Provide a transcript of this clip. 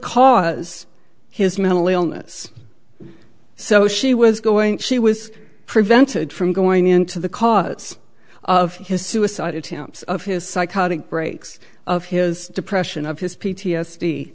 cause his mental illness so she was going she was prevented from going into the cause of his suicide attempts of his psychotic breaks of his depression of his p t